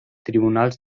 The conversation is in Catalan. tribunals